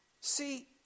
See